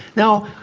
now,